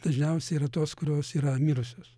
dažniausiai yra tos kurios yra mirusios